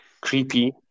creepy